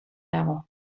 dago